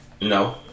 No